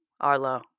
Arlo